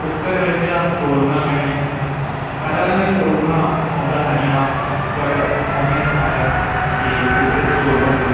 cooker बिच अस चौल बनान्ने होन्ने पैह्लें पैह्लें मिगी चौल बनाना औंदा ऐहा निं हा पर मम्मी ने सखाया कि कुक्करै च चौल बनदे